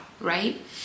right